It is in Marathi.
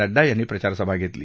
नड्डा यांनी प्रचारसभा घेतली